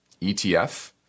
ETF